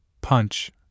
punch